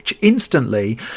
Instantly